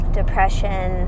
depression